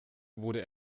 wurde